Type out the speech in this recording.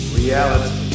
reality